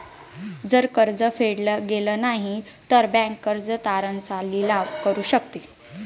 जर कर्ज फेडल गेलं नाही, तर बँक कर्ज तारण चा लिलाव करू शकते